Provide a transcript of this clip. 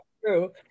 true